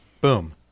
boom